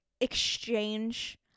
exchange